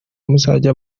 muzajya